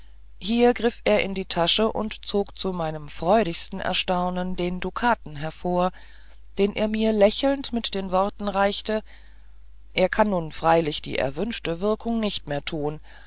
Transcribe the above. hier griff er in die tasche und zog zu meinem freudigsten erstaunen den dukaten hervor den er mir lächelnd mit den worten reichte er kann nun freilich die erwünschte wirkung nicht mehr tun